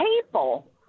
people